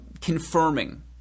confirming